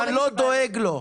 אני לא דואג לו.